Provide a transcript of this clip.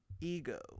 ego